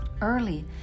Early